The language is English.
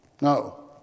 No